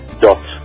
dot